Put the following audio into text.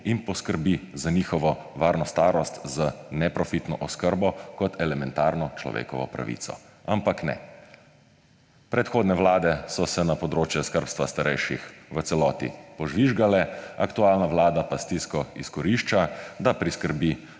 in poskrbi za njihovo varno starost z neprofitno oskrbo kot elementarno človekovo pravico. Ampak ne, predhodne vlade so se na področje skrbstva starejših v celoti požvižgale, aktualna vlada pa stisko izkorišča, da priskrbi